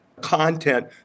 content